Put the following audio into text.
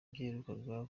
yaherukaga